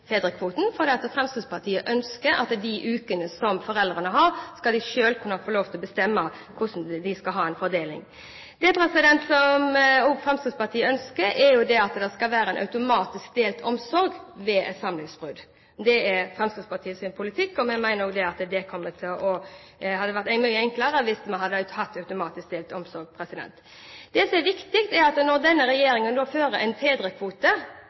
fedrekvoten fordi vi ønsker at foreldrene selv skal kunne få lov til å bestemme fordelingen av de ukene de skal ha. Det Fremskrittspartiet også ønsker, er at det skal være automatisk delt omsorg ved samlivsbrudd. Det er Fremskrittspartiets politikk. Vi mener at det hadde vært mye enklere hvis vi hadde hatt automatisk delt omsorg. Det som er viktig, er at når denne regjeringen er for en fedrekvote,